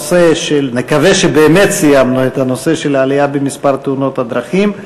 נקווה שבאמת סיימנו את הנושא של עלייה במספר תאונות דרכים,